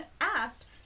asked